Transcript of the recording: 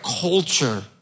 culture